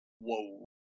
Whoa